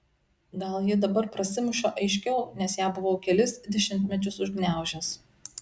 gal ji dabar prasimuša aiškiau nes ją buvau kelis dešimtmečius užgniaužęs